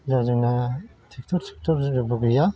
दा जोंना ट्रेक्टर सेख्थर जेबो गैया